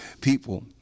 people